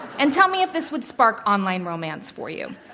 and tell me if this would spark online romance for you.